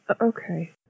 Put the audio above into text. Okay